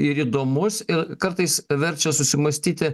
ir įdomus ir kartais verčia susimąstyti